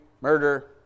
murder